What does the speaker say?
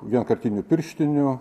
vienkartinių pirštinių